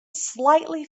slightly